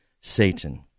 Satan